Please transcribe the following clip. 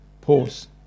pause